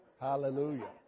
Hallelujah